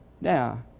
Now